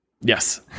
Yes